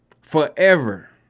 forever